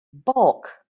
bulk